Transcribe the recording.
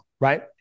right